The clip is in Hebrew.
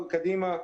קדימה,